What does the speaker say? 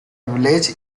village